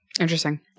Interesting